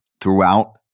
throughout